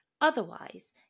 Otherwise